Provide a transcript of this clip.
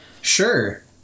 sure